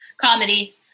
Comedy